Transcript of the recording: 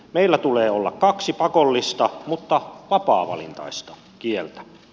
meillä tulee olla kaksi pakollista mutta vapaavalintaista kieltä